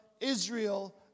Israel